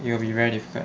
it will be very difficult